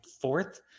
fourth